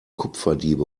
kupferdiebe